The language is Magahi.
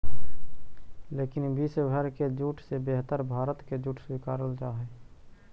लेकिन विश्व भर के जूट से बेहतर भारत के जूट स्वीकारल जा हइ